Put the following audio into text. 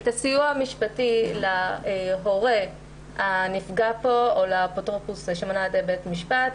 את הסיוע המשפטי להורה הנפגע פה או לאפוטרופוס שמונה על ידי בית משפט,